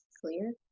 clear